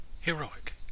Heroic